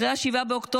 אחרי 7 באוקטובר,